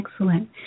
excellent